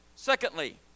Secondly